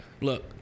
look